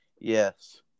Yes